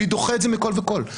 אני דוחה את זה מכל וכול.